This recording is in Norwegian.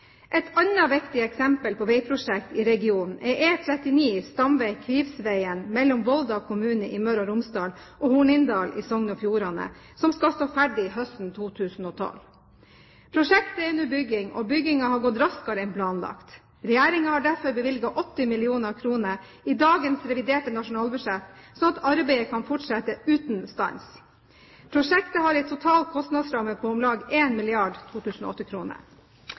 Et annet viktig eksempel på veiprosjekt i regionen er E39 stamveg Kvivsvegen mellom Volda i Møre og Romsdal og Hornindal i Sogn og Fjordane, som skal stå ferdig høsten 2012. Prosjektet er under bygging, og byggingen har gått raskere enn planlagt. Regjeringen har derfor bevilget 80 mill. kr i dagens reviderte nasjonalbudsjett, slik at arbeidet kan fortsette uten stans. Prosjektet har en total kostnadsramme på om lag 1 milliard 2008-kroner. I dagens nettutgave av Sunnmørsposten står en